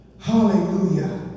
Hallelujah